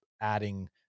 adding